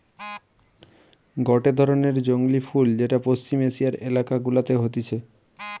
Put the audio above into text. গটে ধরণের জংলী ফুল যেটা পশ্চিম এশিয়ার এলাকা গুলাতে হতিছে